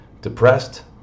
depressed